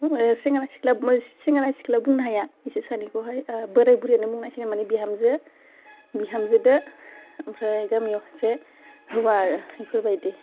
मायो सेंग्रा सिख्ला मो सेंग्रा सिख्ला बुंनाया बिसोर सानैखौहाय बोराइ बुरैयानो बुंनांसिगोन माने बिहामजो बिहामजोजों ओमफ्राय गामियाव सासे हौवा आरो बेफोरबायदि